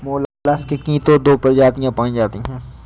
mollusc की तो दो प्रजातियां पाई जाती है